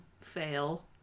fail